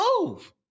move